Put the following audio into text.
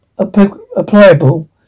applicable